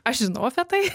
aš žinau apie tai